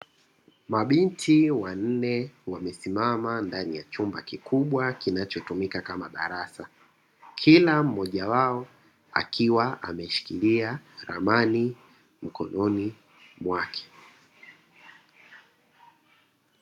Mabinti wanne wamesimama ndani ya chumba kikubwa kinachotumika kama darasa, kila mmoja wao akiwa ameshikilia ramani mkononi mwake.